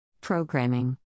Programming